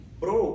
bro